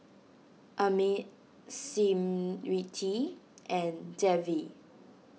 Amit Smriti and Devi